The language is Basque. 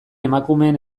emakumeen